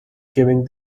giving